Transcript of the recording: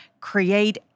create